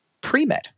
pre-med